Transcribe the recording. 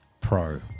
Pro